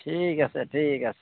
ঠিক আছে ঠিক আছে